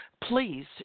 please